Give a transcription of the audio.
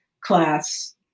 class